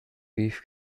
beef